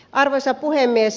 arvoisa puhemies